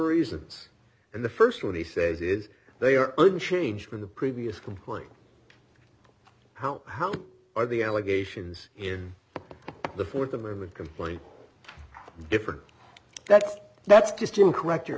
reasons and the first one he says is they are unchanged from the previous complaint how how are the allegations in the fourth amendment complaint different that's that's just i'm correct you